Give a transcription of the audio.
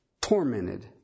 tormented